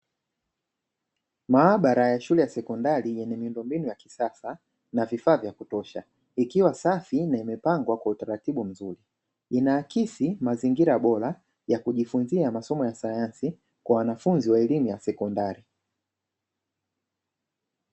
Maabara ya shule ya sekondari yenye miundombinu ya kisasa na vifaa vya kutosha, ikiwa safi na imepangwa kwa utaratibu mzuri inaakisi mazingira bora ya kujifunzia masomo ya sayansi kwa wanafunzi wa elimu ya sekondari.